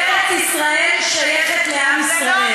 ארץ-ישראל שייכת לעם ישראל.